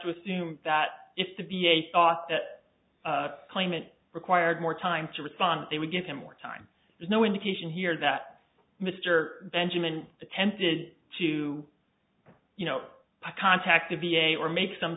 to assume that if the v a thought that claimant required more time to respond they would give him more time there's no indication here that mr benjamin attempted to you know i contacted the a or make some